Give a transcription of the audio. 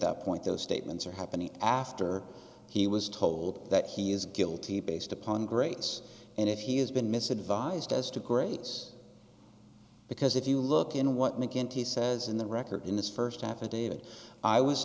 that point those statements are happening after he was told that he is guilty based upon grace and if he has been missing vised as to grace because if you look in what mcginty says in the record in this first affidavit i was